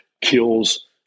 Kills